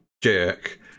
jerk